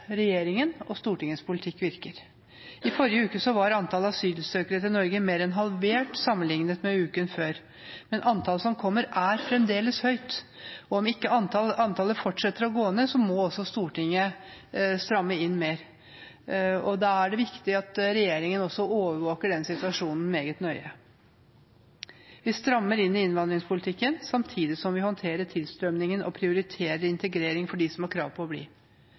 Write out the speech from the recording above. og Stortingets politikk virker. I forrige uke var antall asylsøkere til Norge mer enn halvert sammenlignet med uken før. Men antallet som kommer, er fremdeles høyt. Og om ikke antallet fortsetter å gå ned, må også Stortinget stramme inn mer. Da er det viktig at regjeringen også overvåker den situasjonen meget nøye. Vi strammer inn i innvandringspolitikken samtidig som vi håndterer tilstrømningen og prioriterer integrering for dem som har krav på å bli.